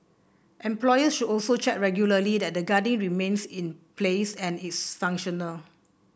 employers should also check regularly that the guarding remains in place and is functional